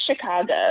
Chicago